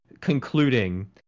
concluding